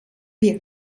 wir